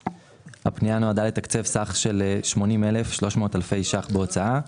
הפנייה נועדה לתקצב סך של 80,300 אלפי ש"ח בהוצאה,